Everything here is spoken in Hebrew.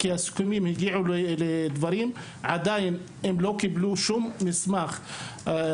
כי הם הגיעו לסיכומים ורק ממתינים למסמך אישור ממשרד החינוך.